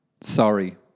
Sorry